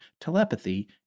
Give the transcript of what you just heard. telepathy